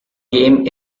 game